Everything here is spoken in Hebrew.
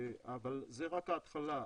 אבל זו רק ההתחלה,